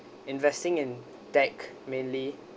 investing in tech mainly